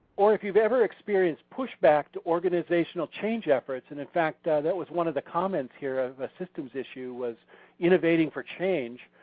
or if you've ever experienced pushback to organizational change efforts, and in fact that was one of the comments here of systems issue was innovating for change,